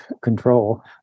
control